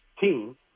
team